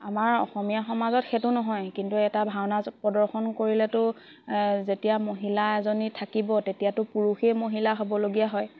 আমাৰ অসমীয়া সমাজত সেইটো নহয় কিন্তু এটা ভাওনা প্ৰদৰ্শন কৰিলেতো যেতিয়া মহিলা এজনী থাকিব তেতিয়াতো পুৰুষেই মহিলা হ'বলগীয়া হয়